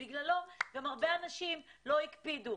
ובגללו הרבה אנשים לא הקפידו.